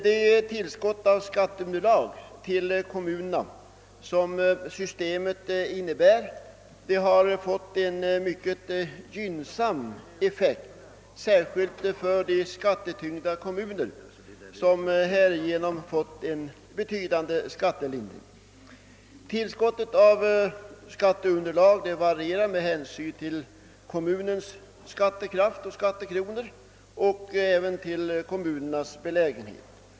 Det tillskott av skatteunderlag till kommunerna som systemet innebär har fått en mycket gynnsam effekt särskilt för skattetyngda kommuner, som härigenom fått en betydande skattelindring. Tillskottet av skatteunderlag varierar med hänsyn till kommunens skattekraft och även till dess belägenhet.